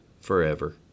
forever